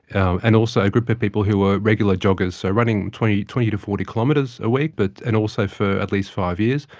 and also a group of people who were regular joggers, so running twenty twenty to forty kilometres a week, but and also for at least five years,